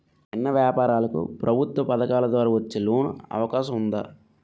చిన్న వ్యాపారాలకు ప్రభుత్వం పథకాల ద్వారా వచ్చే లోన్ అవకాశం ఉందా?